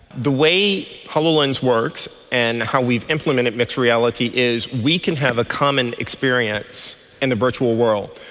the way hololens works and how we've implemented mixed reality is we can have a common experience in the virtual world.